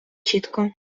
чітко